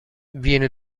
venne